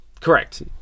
Correct